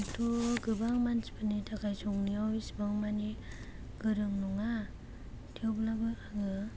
आंथ' गोबां मानसिफोरनि थाखाय संनायाव इसेबां माने गोरों नङा थेवब्लाबो आङो